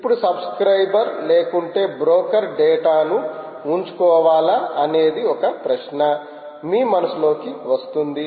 ఇప్పుడు సబ్స్క్రయిబర్ లేకుంటే బ్రోకర్ డేటాను ఉంచుకోవాలా అనేది ఒక ప్రశ్న మీ మనసులోకి వస్తుంది